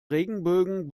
regenbögen